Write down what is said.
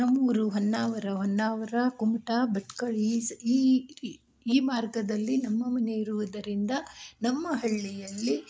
ನಮ್ಮೂರು ಹೊನ್ನಾವರ ಹೊನ್ನಾವರ ಕುಮಟಾ ಭಟ್ಕಳ ಈ ಈ ಈ ಮಾರ್ಗದಲ್ಲಿ ನಮ್ಮ ಮನೆ ಇರುವುದರಿಂದ ನಮ್ಮ ಹಳ್ಳಿಯಲ್ಲಿ